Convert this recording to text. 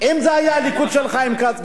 אם זה היה הליכוד של חיים כץ,